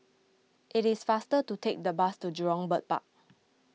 it is faster to take the bus to Jurong Bird Park